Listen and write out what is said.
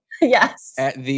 Yes